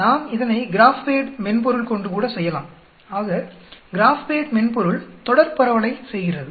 நாம் இதனை GraphPad மென்பொருள் கொண்டு கூட செய்யலாம் ஆக கிராப்பேட் மென்பொருள் தொடர் பரவலை செய்கிறது